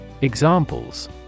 Examples